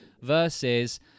versus